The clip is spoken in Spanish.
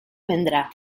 vendrá